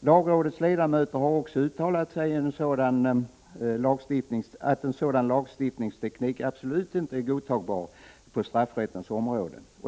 Lagrådets ledamöter har också uttalat att en sådan lagstiftningsteknik absolut inte är godtagbar på straffrättens område.